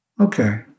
okay